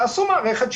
תעשו מערכת,